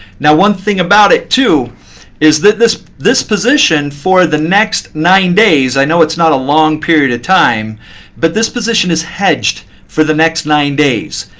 now one thing about it too is that this this position for the next nine days i know it's not a long period of time but this position is hedged for the next nine days.